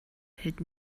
hält